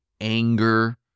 anger